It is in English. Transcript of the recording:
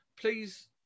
please